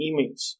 emails